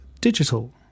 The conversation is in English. digital